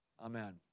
Amen